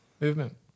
movement